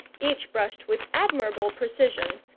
each brushed with admirable precision,